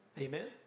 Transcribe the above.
Amen